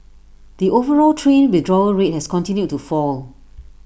the overall train withdrawal rate has continued to fall